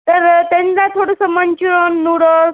तर त्यांला थोडंसं मंच्युन नूडल्स